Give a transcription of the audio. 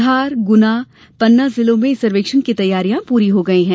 धार गुना पन्ना जिलों में इस सर्वेक्षण की तैयारियां पूरी हो गई है